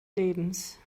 lebens